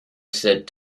said